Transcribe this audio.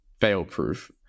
fail-proof